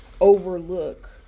overlook